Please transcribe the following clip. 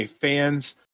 fans